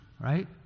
Right